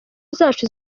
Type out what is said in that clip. zacu